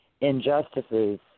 injustices